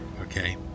Okay